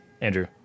Andrew